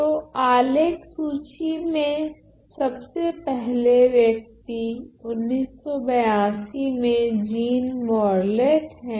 तो आलेख सूची में सब से पहले व्यक्ति 1982 में जीन मोरलेट हैं